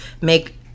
make